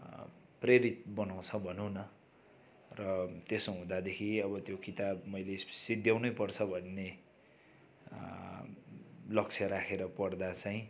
प्रेरित बनाउँछ भनौँ न र त्यसो हुँदादेखि अब त्यो किताब मैले सिध्याउनैपर्छ भन्ने लक्ष्य राखेर पढ्दा चाहिँ